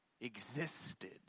existed